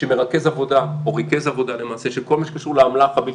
שריכז עבודה של כל מה שקשור לאמל"ח הבלתי-חוקי,